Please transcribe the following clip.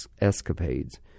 escapades